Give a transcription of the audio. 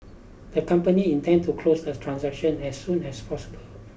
the company intends to close the transaction as soon as possible